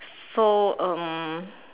so um